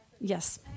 Yes